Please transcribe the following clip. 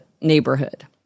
neighborhood